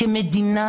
כמדינה,